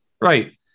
Right